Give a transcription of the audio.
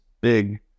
big